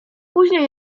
później